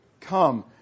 come